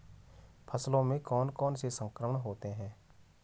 फसलों में कौन कौन से संक्रमण होते हैं?